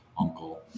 uncle